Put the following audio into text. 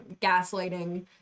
gaslighting